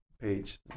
page